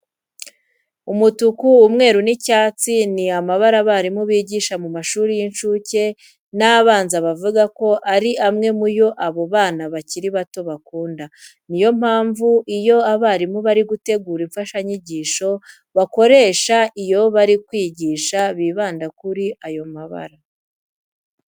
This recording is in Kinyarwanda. Umutuku, umweru n'icyatsi ni amabara abarimu bigisha mu mashuri y'incuke n'abanza bavuga ko ari amwe mu yo aba bana bakiri bato bakunda. Ni yo mpamvu iyo abarimu bari gutegura imfashanyigisho bakoresha iyo bari kwigisha bibanda kuri aya mabara.